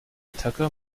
tacker